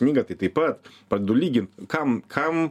knygą tai taip pat pradedu lygint kam kam